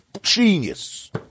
Genius